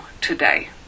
today